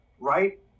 right